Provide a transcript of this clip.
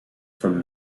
from